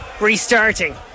restarting